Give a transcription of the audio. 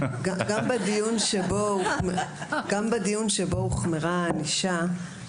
גם בדיון שבו הוחמרה הענישה,